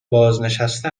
بازنشسته